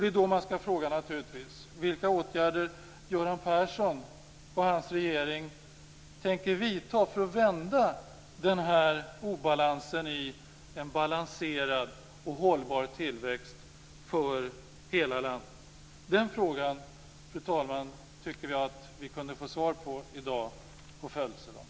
Det är då man naturligtvis skall fråga vilka åtgärder Göran Persson och hans regering tänker vidta för att vända den här obalansen till en balanserad och hållbar tillväxt för hela landet. Den frågan, fru talman, tycker jag att vi kunde få svar på i dag på födelsedagen.